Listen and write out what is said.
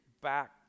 back